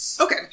Okay